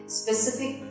specific